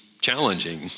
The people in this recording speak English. challenging